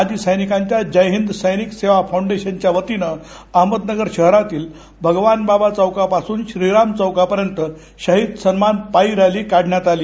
माजी सैनिकांच्या जय हिंद सैनिक सेवा फाऊंडेशनच्या वतीनं अहमदनगर शहरातील भगवान बाबा चौकापासून श्रीराम चौकापर्यंत शहिद सन्मान पायी रॅली काढण्यात आली